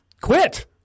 quit